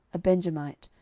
a benjamite,